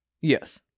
Yes